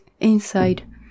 inside